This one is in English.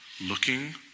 looking